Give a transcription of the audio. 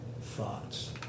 thoughts